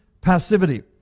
passivity